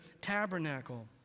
tabernacle